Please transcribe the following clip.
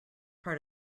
part